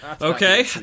okay